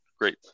great